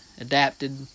adapted